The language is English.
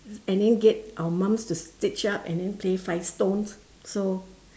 and then get our mums to stitch up and then play five stones so